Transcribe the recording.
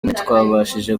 ntitwabashije